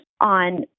on